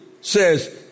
says